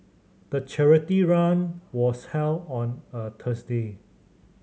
the charity run was held on a Thursday